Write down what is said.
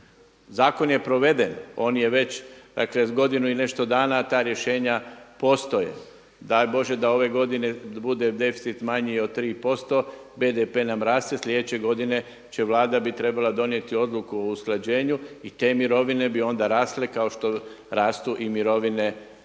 Zakon je proveden, on je već, dakle godinu i nešto dana ta rješenja postoje. Daj Bože da ove godine bude deficit manji od 3%, BDP nam raste, slijedeće godine će Vlada donijeti odluku o usklađenju i te mirovine bi onda rasle kao što rastu i mirovine po,